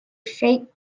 shakedown